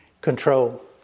control